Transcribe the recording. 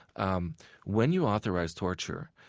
um when you authorize torture,